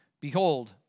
Behold